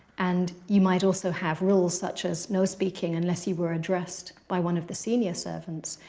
and you might also have rules, such as no speaking unless you were addressed by one of the senior servants.